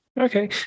Okay